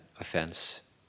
offense